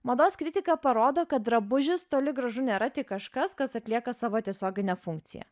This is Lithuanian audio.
mados kritika parodo kad drabužis toli gražu nėra tik kažkas kas atlieka savo tiesioginę funkciją